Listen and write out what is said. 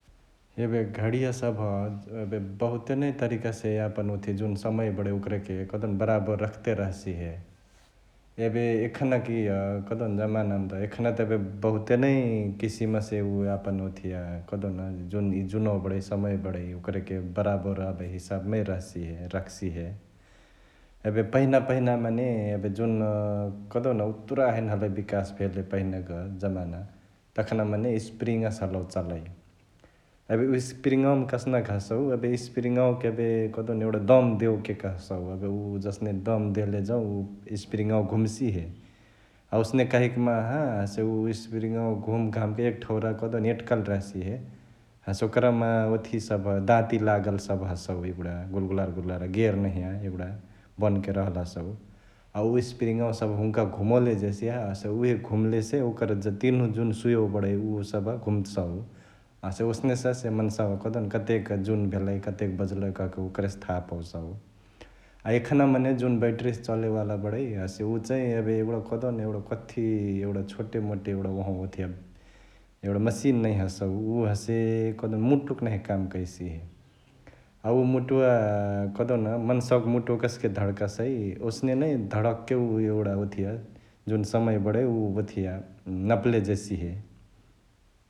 एबे घडीया सभ एबे बहुते नै तरिका से यापन ओथिया जुन समय बडै ओकरके कहदिउन बराबर रखते रहसिहे । एबे एखनाक इअ कहदेउन जमनामा एखना त एबे बहुते नै किसिमसे उअ यापन ओथिया कहदेउन जुन इअ जुनवा बडै, समय बडै ओकरके बराबर एबे हिसाब मै रहसिहे रखसिहे । एबे पहिना पहिना मने जुन कहदेउन उतुरा हैने हलई बिकास भेले पहिनाक जमाना तखना मने स्पृङ्से हलउ चलई । एबे स्पृङवामा कसनक हसौ एबे स्पृङवाके एबे कहदिउन एगुडा दम देओके कहसउ एबे उ जसने दम देले जौं उ स्पृङावा घुम्सिहे । अ ओसने कहइक माहा हसे उ स्पृङावा घुमघामके एक ठौरा कहदेउन एट्कल रह्सिहे हसे ओकरमा ओथिहिया सभ दाँती लागल सभ हसौ एगुडा गुलगुलार गुलगुलार गेर नहिया एगुडा बनके रहल हसउ । अ उ स्पृङावा सभ हुन्का घुमोले जेसिय हसे उहे घुम्लेसे ओकर तीनहु जुन सुयवा बडै उ सभ घुम्सउ । हसे ओसनेसे हसे मन्सवा कहदेउन कतेक जुन भेलई, कतेक बजलई कहके ओकरहिं से थाह पोउसउ । अ एखना जुन बैटृया से चले वाला बडै हसे उ चैं एबे एगुडा कहदेउन एगुडा कथी एगुडा छोटेमोटे एगुडा ओहंवा ओथिया एगुडा मसिन नहिया हसउ । उ हसे कहदिउ मुटुक नहिया काम करसिहे । अ उ मुटुवा कहदेउन मन्सवाक मुटुवा कस्के धडकसै ओसने नै धडकके उ एगुडा ओथिया जुन समय बडै उ ओथिया नपले जेसिहे ।